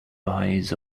eyes